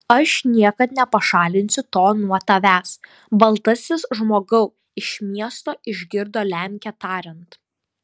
aš niekad nepašalinsiu to nuo tavęs baltasis žmogau iš miesto išgirdo lemkę tariant